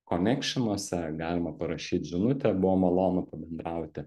konekšinuose galima parašyt žinutę buvo malonu pabendrauti